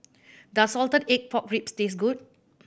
does salted egg pork ribs taste good